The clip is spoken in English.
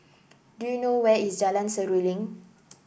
do you know where is Jalan Seruling